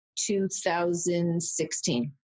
2016